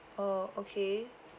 oh okay